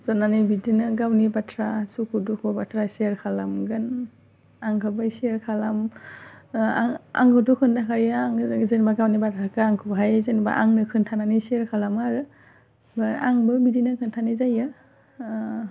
जनानै बिदिनो गावनि बाथ्रा सुखु दुखु बाथ्रा शेयार खालामगोन आंखौबो शेयार खालाम आं आंखौथ' खोन्थाखायो आं ओरै जेनेबा गावनि बाथ्राखौ आंखौहाय जेनेबा आंनो खोन्थानानै शेयार खालामो आरो आंबो बिदिनो खोन्थानाय जायो